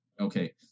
Okay